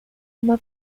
uma